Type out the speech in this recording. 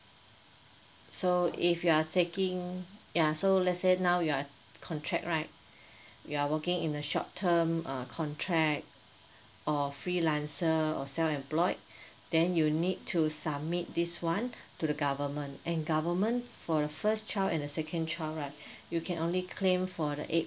so if you are taking ya so let's say now you are contract right you are working in a short term uh contract or freelancer or self employed then you need to submit this one to the government and government for the first child and the second child right you can only claim for the eight